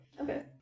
Okay